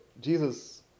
Jesus